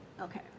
Okay